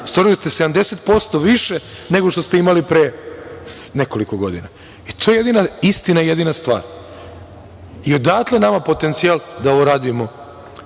stvorili ste 70% više nego što ste imali pre nekoliko godina.I to je jedina istina i jedina stvar. Odatle nama potencijal da ovo radimo